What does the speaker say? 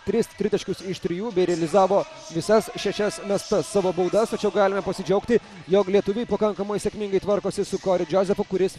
tris tritaškius iš trijų bei realizavo visas šešias mestas savo baudas tačiau galime pasidžiaugti jog lietuviai pakankamai sėkmingai tvarkosi su kori džozefu kuris